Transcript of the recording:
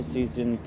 Season